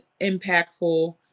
impactful